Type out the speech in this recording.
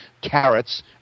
carrots